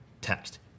text